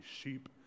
sheep